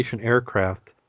aircraft